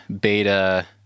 beta